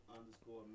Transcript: underscore